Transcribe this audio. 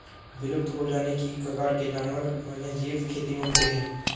विलुप्त हो जाने की कगार के जानवर वन्यजीव खेती में होते हैं